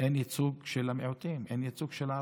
אין ייצוג של המיעוטים, אין ייצוג של הערבים.